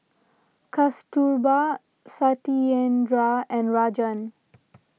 Kasturba Satyendra and Rajan